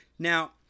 Now